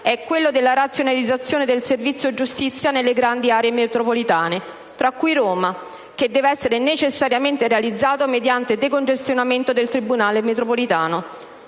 è quello della razionalizzazione del servizio giustizia nelle grandi aree metropolitane, tra cui Roma, che deve essere necessariamente realizzato mediante decongestionamento del tribunale metropolitano.